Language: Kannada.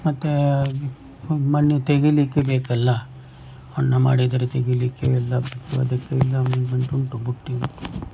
ಮತ್ತು ಮಣ್ಣು ತೆಗೆಯಲಿಕ್ಕೆ ಬೇಕಲ್ಲ ಹೊಂಡ ಮಾಡಿದರೆ ತೆಗೆಯಲಿಕ್ಕೆ ಎಲ್ಲ ಅದಕ್ಕೆ ಎಲ್ಲ ಅರೇಂಜ್ಮೆಂಟ್ ಉಂಟು ಬುಟ್ಟಿ ಉಂಟು